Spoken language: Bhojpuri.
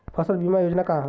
फसल बीमा योजना का ह?